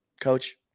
Coach